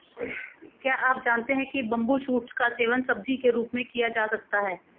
क्या आप जानते है बम्बू शूट्स का सेवन सब्जी के रूप में किया जा सकता है?